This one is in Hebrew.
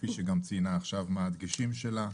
כפי שגם ציינה עכשיו מה הדגשים שלה.